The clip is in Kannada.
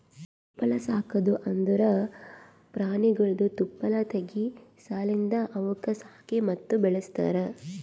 ತುಪ್ಪಳ ಸಾಕದ್ ಅಂದುರ್ ಪ್ರಾಣಿಗೊಳ್ದು ತುಪ್ಪಳ ತೆಗೆ ಸಲೆಂದ್ ಅವುಕ್ ಸಾಕಿ ಮತ್ತ ಬೆಳಸ್ತಾರ್